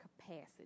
capacity